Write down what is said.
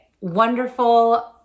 wonderful